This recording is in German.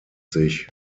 sich